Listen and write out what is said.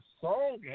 song